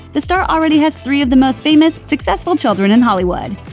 the star already has three of the most famous, successful children in hollywood.